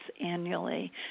annually